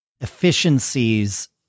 efficiencies